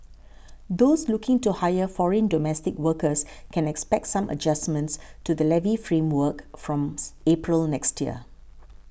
those looking to hire foreign domestic workers can expect some adjustments to the levy framework from April next year